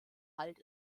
halt